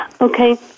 Okay